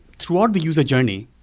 throughout the user journey,